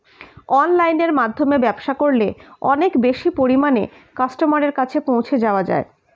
অনলাইনের মাধ্যমে ব্যবসা করলে অনেক বেশি পরিমাণে কাস্টমারের কাছে পৌঁছে যাওয়া যায়?